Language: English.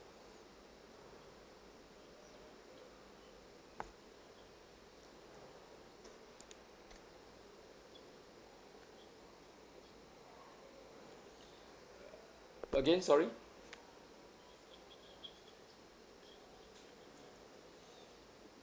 again sorry